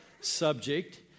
subject